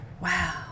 Wow